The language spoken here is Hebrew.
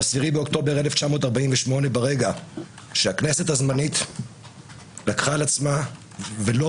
ברגע שהכנסת הזמנית לקחה על עצמה ולא